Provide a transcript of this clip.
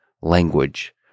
language